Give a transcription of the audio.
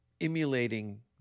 emulating